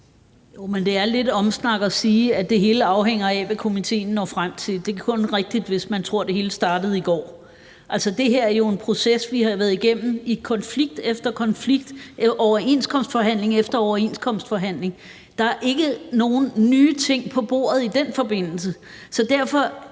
det er lidt udenomsnak at sige, at det hele afhænger af, hvad komitéen når frem til. Det er kun rigtigt, hvis man tror, det hele startede i går. Altså, det her er jo en proces, vi har været igennem i konflikt efter konflikt og i overenskomstforhandling efter overenskomstforhandling. Der er ikke nogen nye ting på bordet i den forbindelse,